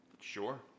sure